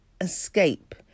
escape